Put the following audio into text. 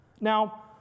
Now